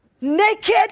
naked